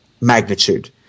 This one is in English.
magnitude